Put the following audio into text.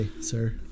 sir